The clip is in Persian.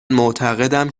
معتقدم